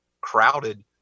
crowded